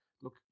Look